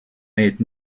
need